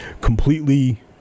completely